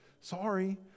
Sorry